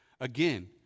Again